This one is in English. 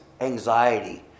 anxiety